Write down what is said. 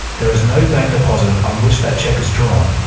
there is no bank deposit on which that check is drawn.